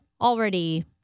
already